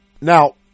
Now